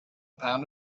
pound